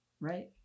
right